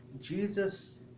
Jesus